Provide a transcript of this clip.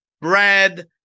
bread